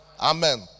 Amen